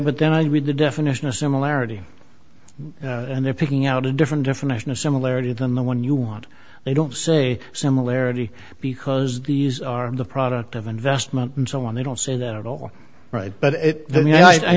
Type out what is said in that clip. it then i read the definition of similarity and they're picking out a different definition of similarity than the one you want they don't say similarity because these are the product of investment and so on they don't say that all right but